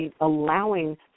allowing